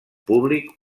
públic